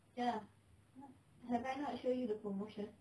ya have I not shown you the promotion